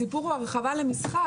הסיפור הוא הרחבה למסחר.